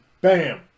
bam